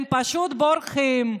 הם פשוט בורחים.